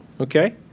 okay